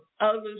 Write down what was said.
others